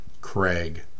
Craig